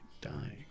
dying